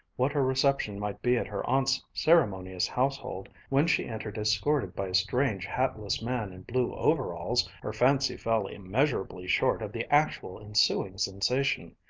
what her reception might be at her aunt's ceremonious household when she entered escorted by a strange hatless man in blue overalls, her fancy fell immeasurably short of the actual ensuing sensation.